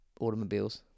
automobiles